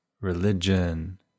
religion